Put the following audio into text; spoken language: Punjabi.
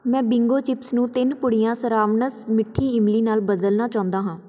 ਮੈਂ ਬਿੰਗੋ ਚਿਪਸ ਨੂੰ ਤਿੰਨ ਪੁੜੀਆਂ ਸਰਾਵਣਸ ਮਿੱਠੀ ਇਮਲੀ ਨਾਲ ਬਦਲਣਾ ਚਾਹੁੰਦਾ ਹਾਂ